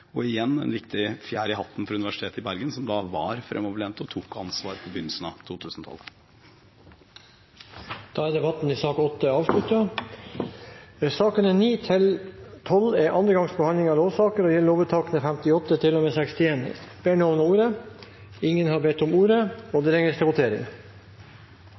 Og igjen – en viktig fjær i hatten for Universitetet i Bergen, som var fremoverlent og tok ansvar på begynnelsen av 2000-tallet. Da er debatten i sak nr. 8 avsluttet. Sakene nr. 9–12 er andre gangs behandling av lovsaker, og presidenten vil foreslå at sakene behandles under ett. – Det anses vedtatt. Ingen har bedt om ordet